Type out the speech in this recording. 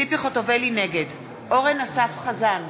נגד אורן אסף חזן,